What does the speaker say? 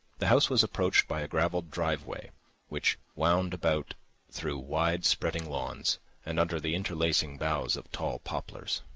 the house was approached by gravelled driveways which wound about through wide-spreading lawns and under the interlacing boughs of tall poplars.